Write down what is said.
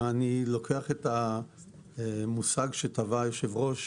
אני לוקח את המושג שטבע היושב-ראש,